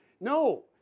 No